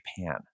Japan